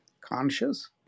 conscious